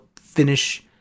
finish